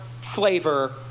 flavor